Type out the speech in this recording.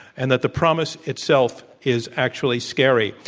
and that the promise itself is actually scary.